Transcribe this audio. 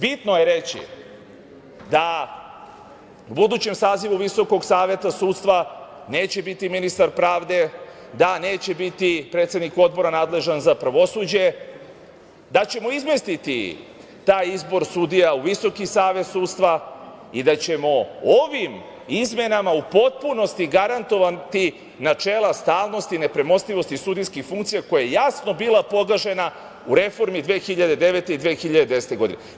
Bitno je reći da u budućem sazivu Visokog saveta sudstva neće biti ministar pravde, da neće biti predsednik odbora nadležan za pravosuđe, da ćemo izmestiti taj izbor sudija u Visoki savet sudstva i da ćemo ovim izmenama u potpunosti garantovati načela stalnosti, nepremostivosti sudijskih funkcija koja je jasno bila pogažena u reformi 2009. i 2010. godine.